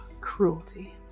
Cruelty